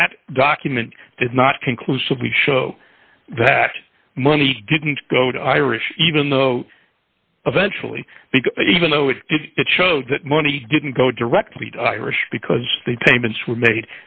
that document did not conclusively show that money didn't go to irish even though eventually even though it did it showed that money didn't go directly to irish because the payments were made